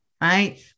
Right